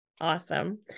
Awesome